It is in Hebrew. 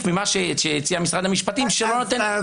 ממה שהציע משרד המשפטים שאין מספיק פתרון.